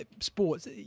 sports